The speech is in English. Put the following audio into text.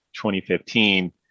2015